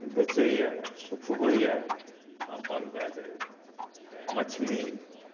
बेचैए सुखबैए अपन लै जाइए मछली